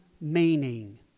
meaning